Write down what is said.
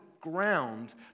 ground